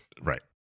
Right